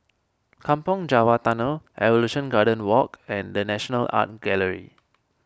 Kampong Java Tunnel Evolution Garden Walk and the National Art Gallery